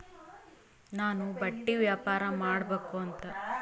ನಾನು ಬಟ್ಟಿ ವ್ಯಾಪಾರ್ ಮಾಡಬಕು ಅಂತ ಮಾಡಿನ್ರಿ ಅದಕ್ಕ ನೀವು ಸಾಲ ಕೊಡ್ತೀರಿ?